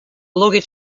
luggage